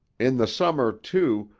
in the summer, too,